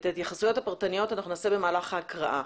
את ההתייחסויות הפרטניות אנחנו נעשה במהלך ההקראה.